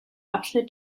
abschnitt